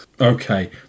Okay